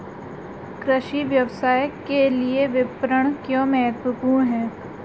कृषि व्यवसाय के लिए विपणन क्यों महत्वपूर्ण है?